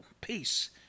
peace